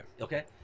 okay